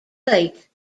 late